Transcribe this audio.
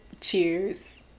cheers